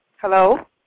hello